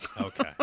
Okay